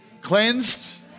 cleansed